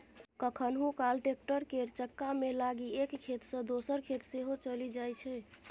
कखनहुँ काल टैक्टर केर चक्कामे लागि एक खेत सँ दोसर खेत सेहो चलि जाइ छै